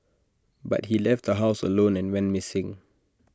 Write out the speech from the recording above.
but he left the house alone and went missing